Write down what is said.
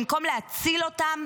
במקום להציל אותם,